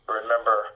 remember